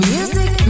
Music